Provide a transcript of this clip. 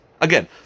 Again